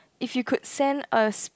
if you could send us